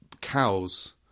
cows